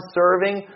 serving